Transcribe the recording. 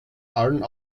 allen